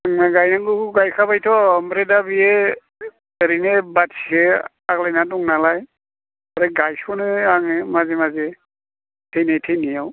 आं गायनांगौखौ गायखाबायथ' आमफ्राय दा बे बाखिआ आग्लायनानै दं नालाय आमफ्राय गायसनो आङो माजे माजे थैनाय थैनायाव